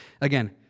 again